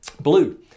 Blue